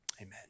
amen